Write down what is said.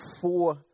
four